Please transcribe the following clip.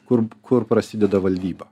kur kur prasideda valdyba